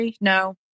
No